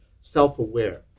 self-aware